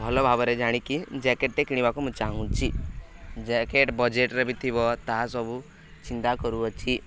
ଭଲ ଭାବରେ ଜାଣିକି ଜ୍ୟାକେଟ୍ଟେ କିଣିବାକୁ ମୁଁ ଚାହୁଁଛି ଜ୍ୟାକେଟ୍ ବଜେଟ୍ରେ ବି ଥିବ ତାହା ସବୁ ଚିନ୍ତା କରୁଅଛି